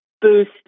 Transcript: Boost